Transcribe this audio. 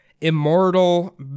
immortal